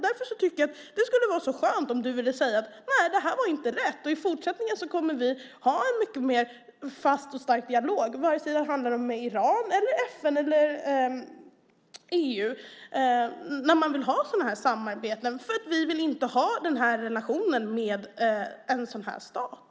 Därför tycker jag att det skulle vara skönt om du ville säga att det här inte var rätt och att ni i fortsättningen kommer att ha en mycket mer fast och stark dialog, vare sig det handlar om Iran, FN eller EU, när man vill ha sådant här samarbete därför att ni inte vill ha den här relationen med en sådan stat.